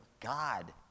God